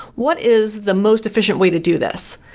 what is the most efficient way to do this?